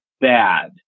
bad